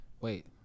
Wait